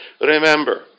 Remember